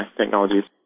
technologies